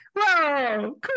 whoa